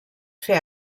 fer